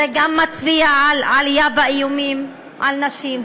זה גם מצביע על עלייה באיומים על נשים,